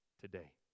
today